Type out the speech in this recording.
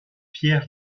pierre